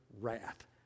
wrath